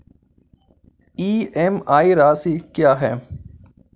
EMI राशि क्या है?